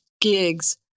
gigs